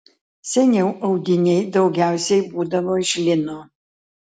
seniau audiniai daugiausiai būdavo iš lino